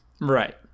Right